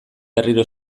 berriro